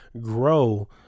grow